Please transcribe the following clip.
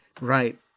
Right